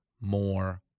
more